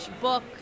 book